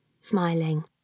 smiling